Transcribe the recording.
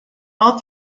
all